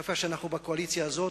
דווקא כשאנחנו בקואליציה הזאת,